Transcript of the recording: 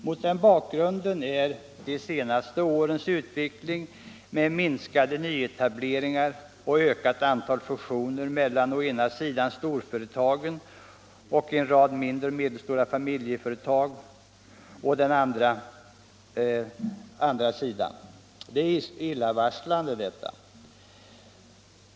Mot den bak grunden är de senaste årens utveckling med minskade nyetableringar och ökat antal fusioner mellan å ena sidan storföretagen och å andra sidan en rad mindre och medelstora familjeföretag illavarslande.